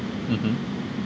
mmhmm